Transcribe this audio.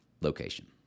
location